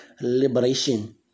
liberation